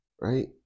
right